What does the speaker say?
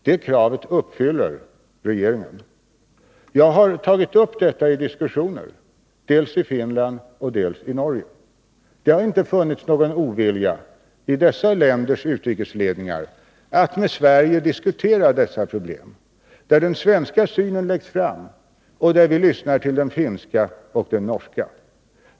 Det kravet uppfyller regeringen. Jag har tagit upp frågeställningen i diskussioner både i Finland och i Norge. Det har inte funnits någon ovilja i dessa länders utrikesledningar att med Sverige diskutera dessa problem. Den svenska synen läggs fram, och vi lyssnar till den finska och den norska.